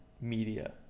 media